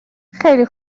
خیلی